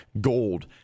gold